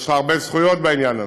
יש לך הרבה זכויות בעניין הזה.